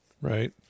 Right